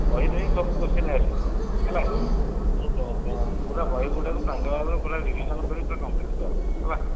ବହିରୁ ହିଁ ସବୁ କୋସ୍ଚିନ୍ ଆସୁଛି ହେଲା ତେଣୁ ପୁରା ବହିଗୁଡ଼ାକୁ ପ୍ରାଞ୍ଜଳ ଭାବରେ ପୁରା ରିଭିଜନ୍ କରିକି ପୁରା କମ୍ପଲିଟ୍ କର ହେଲା